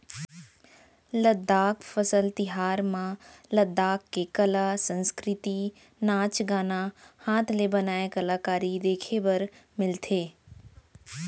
लद्दाख फसल तिहार म लद्दाख के कला, संस्कृति, नाच गाना, हात ले बनाए कलाकारी देखे बर मिलथे